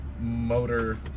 motor